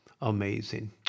amazing